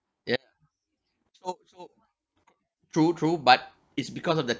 ya true true true true but it's because of the